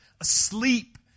asleep